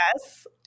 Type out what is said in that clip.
Yes